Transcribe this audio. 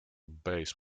base